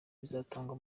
bizatangwa